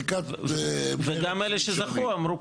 וגם אלה שזכו אמרו,